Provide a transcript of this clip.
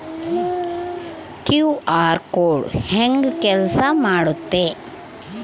QR code ಹೆಂಗ ಕೆಲಸ ಮಾಡುತ್ತೆ?